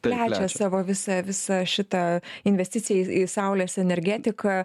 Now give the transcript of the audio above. plečia savo visą visą šitą investiciją į saulės energetiką